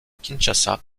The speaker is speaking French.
kinshasa